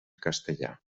castellà